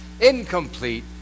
Incomplete